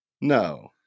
No